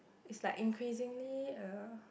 is like increasingly uh